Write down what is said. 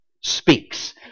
speaks